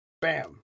Bam